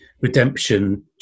redemption